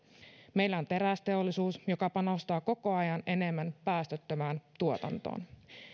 meillä on terästeollisuus joka panostaa koko ajan enemmän päästöttömään tuotantoon